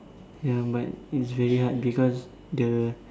ya but it's very hard because the